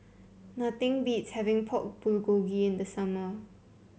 nothing beats having Pork Bulgogi in the summer